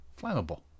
flammable